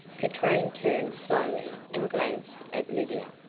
katrine turned slowly, and glanced at lydia.